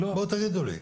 בואו תגידו לי.